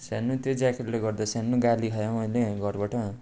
सानो त्यो ज्याकेटले गर्दा सानो गाली खाएँ मैले घरबाट